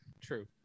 true